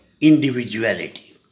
individuality